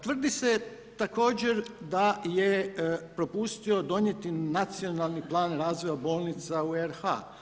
Tvrdi se također da je propustio donijeti nacionalni plan razvoja bolnica u RH.